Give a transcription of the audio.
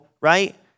right